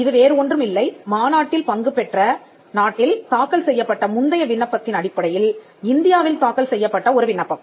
இது வேறு ஒன்றுமில்லை மாநாட்டில் பங்குபெற்ற நாட்டில் தாக்கல் செய்யப்பட்ட முந்தைய விண்ணப்பத்தின் அடிப்படையில் இந்தியாவில் தாக்கல் செய்யப்பட்ட ஒரு விண்ணப்பம்